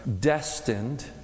destined